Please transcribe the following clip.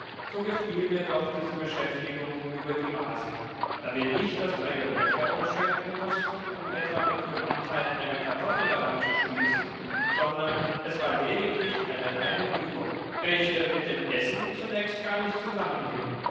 so gefiel mir doch diese beschäftigung über die maßen da wir nicht das bajonett herumschwenken mußten um etwa mit gewandtheit eine kartoffel daran zu spießen sondern es war lediglich eine reine übung welche mit dem essen zunächst gar nicht zusammenhing